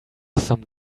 some